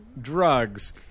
drugs